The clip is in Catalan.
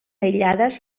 aïllades